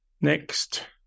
Next